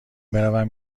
بروم